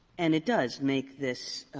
and it does make this